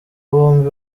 bombi